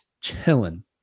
chilling